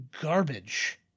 garbage